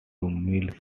miles